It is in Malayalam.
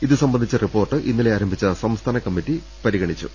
ഇതു സംബന്ധിച്ച റിപ്പോർട്ട് ഇന്നലെയാരംഭിച്ച സംസ്ഥാന കമ്മറ്റി പരിഗണിച്ചു